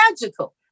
magical